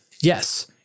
Yes